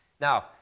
Now